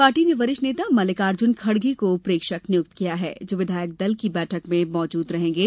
party ने वरिष्ठ नेता मल्लिकार्जुन खड़गे को प्रेक्षक नियुक्त किया है जो विधायक दल की बैठक में मौजूद रहेंगे